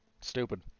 Stupid